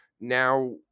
Now